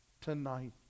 tonight